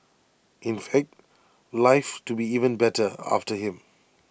in fact life to be even better after him